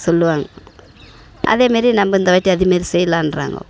சொல்லுவாங்க அதேமாரி நம்ப இந்த வாட்டி அதேமாரி செய்யலான்ட்றாங்கோ